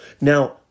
Now